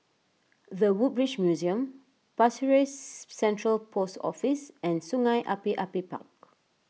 the Woodbridge Museum Pasir Ris Central Post Office and Sungei Api Api Park